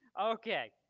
Okay